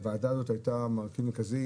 הוועדה הזאת הייתה מרכיב מרכזי,